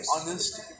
honest